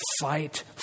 fight